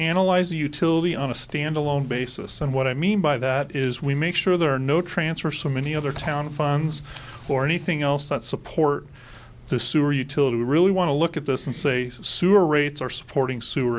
analyze the utility on a standalone basis and what i mean by that is we make sure there are no transfer so many other town funds or anything else that support the sewer utility we really want to look at this and say sewer rates are supporting sewer